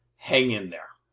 hang in there.